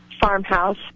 farmhouse